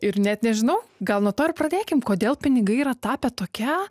ir net nežinau gal nuo to ir pradėkim kodėl pinigai yra tapę tokia